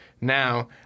Now